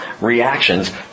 reactions